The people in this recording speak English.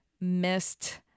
missed